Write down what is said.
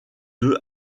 deux